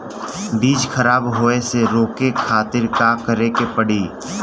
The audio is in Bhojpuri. बीज खराब होए से रोके खातिर का करे के पड़ी?